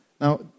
Now